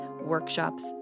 workshops